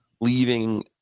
leaving